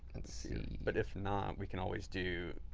but if not, we can always do,